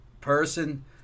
person